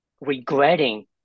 regretting